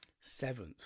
seventh